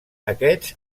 aquests